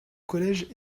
collège